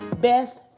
best